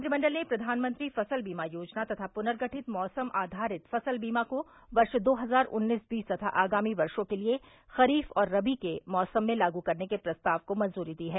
मंत्रिमंडल ने प्रधानमंत्री फुसल बीमा योजना तथा पुनर्गठित मौसम आधारित फ़ुसल बीमा को वर्ष दो हज़ार उन्नीस बीस तथा आगामी वर्षो के लिए खरीफ़ व रबी के मौसम में लागू करने के प्रस्ताव को मंजूरी प्रदान की है